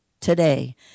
today